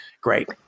great